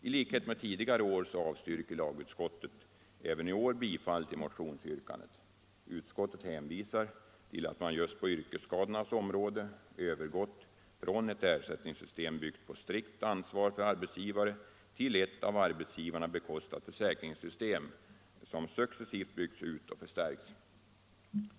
I likhet med tidigare år avstyrker lagutskottet även i år bifall till motionsyrkandet. Utskottet hänvisar till att man just på yrkesskadornas område övergått från ett ersättningssystem byggt på strikt ansvar för arbetsgivare till ett av arbetsgivarna bekostat försäkringssystem som successivt byggts ut och förstärkts.